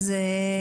כאלה.